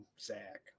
Zach